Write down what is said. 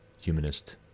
humanist